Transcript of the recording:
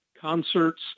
concerts